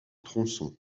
tronçon